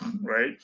right